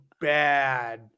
bad